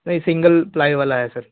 नहीं single ply वाला है सर